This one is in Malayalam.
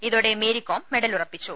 ഇതോടെ മേരി കോം മെഡലുറപ്പിച്ചു